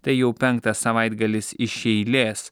tai jau penktas savaitgalis iš eilės